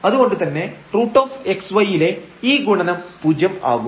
അതുകൊണ്ടുതന്നെ √xy ലെ ഈ ഗുണനം പൂജ്യം ആകും